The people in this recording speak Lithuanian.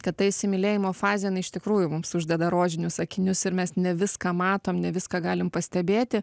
kad ta įsimylėjimo fazė jinai iš tikrųjų mums uždeda rožinius akinius ir mes ne viską matom ne viską galim pastebėti